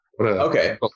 Okay